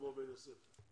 שלמה מור יוסף.